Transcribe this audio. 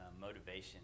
motivation